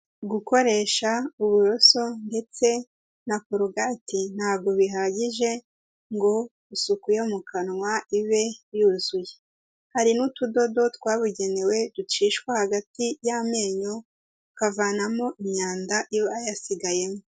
Gukoresha uburoso ndetse na korogati ntabwo bihagije ngo isuku yo mu kanwa ibe yuzuye. Hari n'utudodo twabugenewe, ducishwa hagati y'amenyo, tukavanamo imyanda iba yasigayemo.